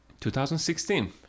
2016